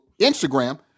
Instagram